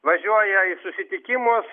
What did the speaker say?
važiuoja į susitikimus